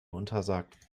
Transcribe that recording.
untersagt